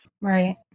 Right